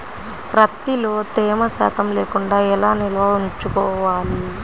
ప్రత్తిలో తేమ శాతం లేకుండా ఎలా నిల్వ ఉంచుకోవాలి?